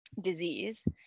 disease